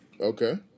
Okay